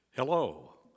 Hello